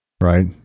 right